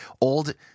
old